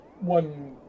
one